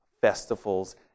festivals